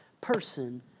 person